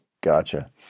Gotcha